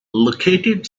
located